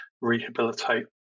rehabilitate